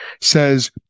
says